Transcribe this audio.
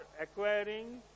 acquiring